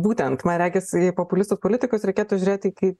būtent man regis į populistus politikus reikėtų žiūrėti kaip